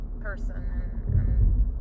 person